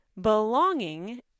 belonging